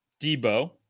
Debo